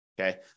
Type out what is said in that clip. Okay